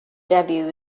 debut